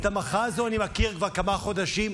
את המחאה הזאת אני מכיר כבר כמה חודשים.